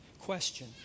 question